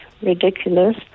ridiculous